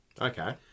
Okay